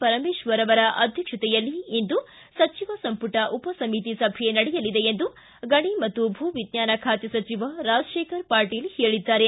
ಪರಮೇಶ್ವರ ಅವರ ಅಧ್ಯಕ್ಷತೆಯಲ್ಲಿ ಇಂದು ಸಚಿವ ಸಂಪುಟ ಉಪಸಮಿತಿ ಸಭೆ ನಡೆಯಲಿದೆ ಎಂದು ಗಣಿ ಮತ್ತು ಭೂ ವಿಜ್ಞಾನ ಖಾತೆ ಸಚಿವ ರಾಜಶೇಖರ್ ಪಾಟೀಲ್ ಹೇಳಿದ್ದಾರೆ